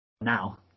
now